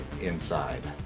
inside